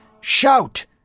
Shout